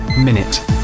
Minute